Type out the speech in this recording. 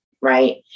Right